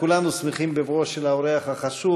כולנו שמחים בבואו של האורח החשוב,